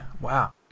wow